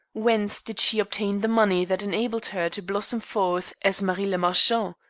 whence did she obtain the money that enabled her to blossom forth as marie le marchant?